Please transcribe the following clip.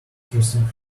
interesting